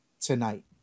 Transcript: Tonight